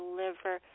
liver